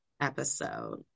episode